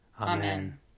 Amen